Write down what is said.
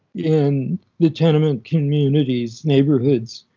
in the tenement communities, neighborhoods